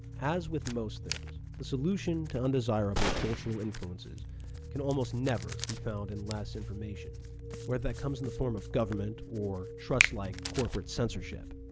as with most things, the solution to undesirable cultural influences can almost never be found in less information whether that comes in the form of government or trust-like corporate censorship.